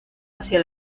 hacia